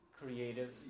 Creative